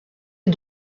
est